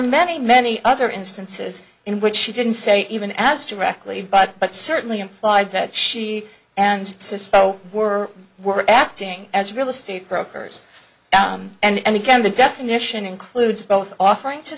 many many other instances in which she didn't say even as directly but but certainly implied that she and cisco were were acting as real estate brokers and again the definition includes both offering to